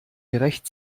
gerecht